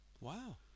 Wow